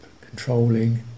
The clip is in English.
controlling